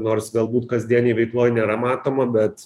nors galbūt kasdienėj veikloj nėra matoma bet